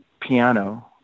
piano